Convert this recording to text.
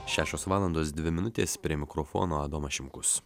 šešios valandos dvi minutės prie mikrofono adomas šimkus